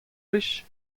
plij